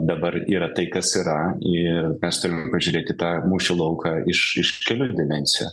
dabar yra tai kas yra ir mes turim pažiūrėt į tą mūšio lauką iš iš kelių dimensijų